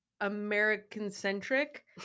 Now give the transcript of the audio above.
American-centric